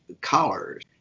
colors